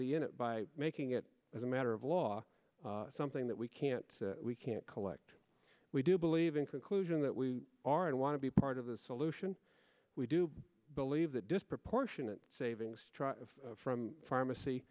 the end by making it as a matter of law something that we can't we can't collect we do believe in conclusion that we are and want to be part of the solution we do believe that disproportionate savings from pharmacy